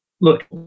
Look